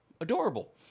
adorable